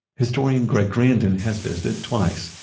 historian greg grandin has visited twice.